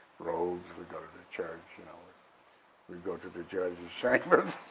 robes, we'd go to to the church. you know we'd go to the judgesi chambers,